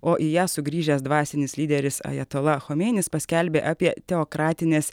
o į ją sugrįžęs dvasinis lyderis ajatola chomeinis paskelbė apie teokratinės